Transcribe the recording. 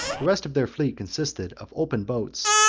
the rest of their fleet consisted of open boats,